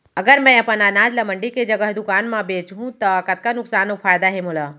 अगर मैं अपन अनाज ला मंडी के जगह दुकान म बेचहूँ त कतका नुकसान अऊ फायदा हे मोला?